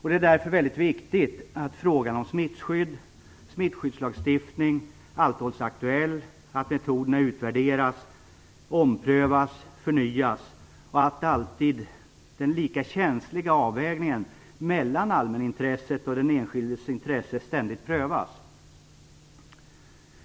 Det är därför mycket viktigt att frågan om smittskydd och smittskyddslagstiftning alltid hålls aktuell, att metoderna utvärderas, omprövas, förnyas och att den alltid lika känsliga avvägningen mellan allmänintresset och den enskilde individens intresse ständigt prövas.